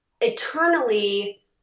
eternally